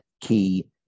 key